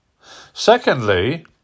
Secondly